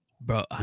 Bro